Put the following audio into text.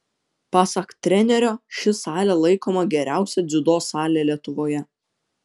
pasak trenerio ši salė laikoma geriausia dziudo sale lietuvoje